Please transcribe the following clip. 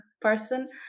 person